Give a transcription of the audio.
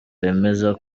wemeza